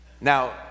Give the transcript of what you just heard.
now